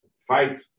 fight